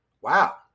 wow